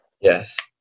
Yes